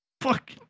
fuck